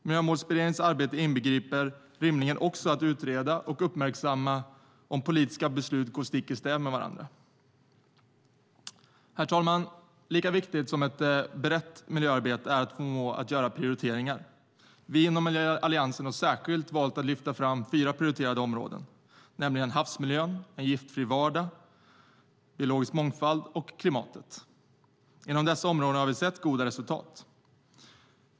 Miljömålsberedningens arbete inbegriper rimligen också att utreda och uppmärksamma om politiska beslut går stick i stäv med varandra. Herr talman! Lika viktigt som ett brett miljöarbete är att förmå att göra prioriteringar. Vi inom Alliansen har särskilt valt att lyfta fram fyra prioriterade områden, nämligen havsmiljön, en giftfri vardag, biologisk mångfald och klimatet. Inom dessa områden har vi sett goda resultat.